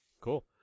Cool